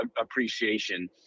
appreciation